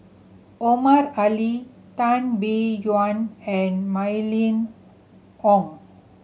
Omar Ali Tan Biyun and Mylene Ong